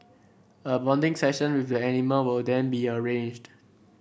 a bonding session with the animal will then be arranged